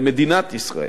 למדינת ישראל.